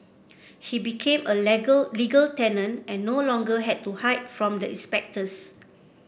he became a legal tenant and no longer had to hide from the inspectors